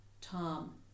Tom